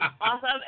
Awesome